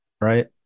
Right